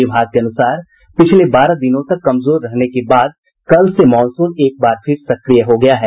विभाग के अनुसार पिछले बारह दिनों तक कमजोर रहने के बाद कल से मॉनसून एक बार फिर सक्रिय हो गया है